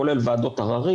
כולל ועדות עררים,